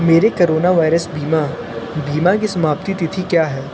मेरे corona virus बीमा बीमा की समाप्ति तिथि क्या है